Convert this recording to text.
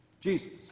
Jesus